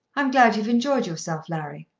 i'm glad you've enjoyed yourself, larry.